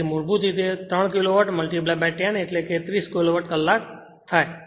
તેથી મૂળભૂત રીતે 3 કિલોવોટ 10 એટલે 30 કિલોવોટ કલાક થાય